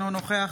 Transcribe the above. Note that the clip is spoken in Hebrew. אינו נוכח